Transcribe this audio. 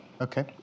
Okay